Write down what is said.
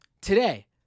Today